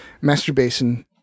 masturbation